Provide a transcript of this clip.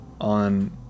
on